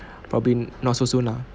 probably not so soon lah